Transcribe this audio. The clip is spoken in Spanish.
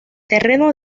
terreno